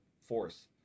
force